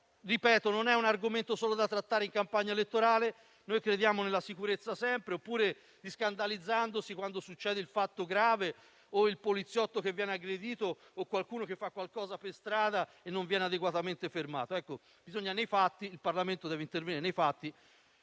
sicurezza non è un argomento da trattare solo in campagna elettorale. Noi crediamo nella sicurezza sempre. Non ci si può scandalizzare quando succede il fatto grave o quando il poliziotto viene aggredito o quando qualcuno fa qualcosa per strada e non viene adeguatamente fermato; il Parlamento deve intervenire nei fatti,